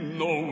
no